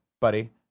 buddy